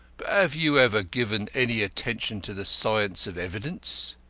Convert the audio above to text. but have you ever given any attention to the science of evidence?